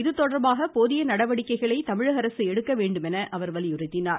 இதுதொடர்பாக போதிய நடவடிக்கைகளை தமிழகஅரசு எடுக்க வேண்டுமென அவர் வலியுறுத்தினார்